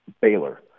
Baylor